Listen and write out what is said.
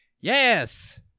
Yes